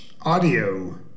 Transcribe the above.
audio